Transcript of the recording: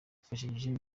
yifashishije